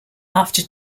after